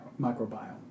microbiome